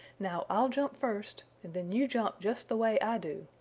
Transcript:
now i'll jump first, and then you jump just the way i do,